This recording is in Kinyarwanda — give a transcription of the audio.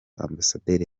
ambasaderi